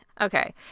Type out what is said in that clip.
Okay